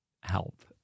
help